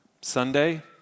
Sunday